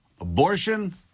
Abortion